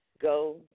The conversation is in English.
Go